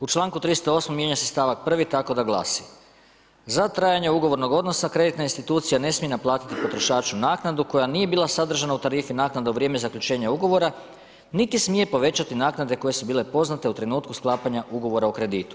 U članku 308. mijenja se stavak prvi tako da glasi: „Za trajanje ugovornog odnosa kreditna institucija ne smije naplatiti potrošaču naknadu koja nije bila sadržana u tarifi naknada u vrijeme zaključenja ugovora niti smije povećati naknade koje su bile poznate u trenutku sklapanja ugovora o kreditu.